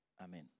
Amen